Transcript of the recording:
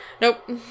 Nope